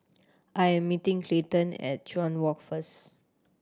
I am meeting Clayton at Chuan Walk first